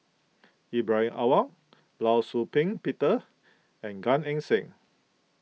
Ibrahim Awang Law Shau Ping Peter and Gan Eng Seng